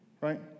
Right